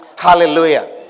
Hallelujah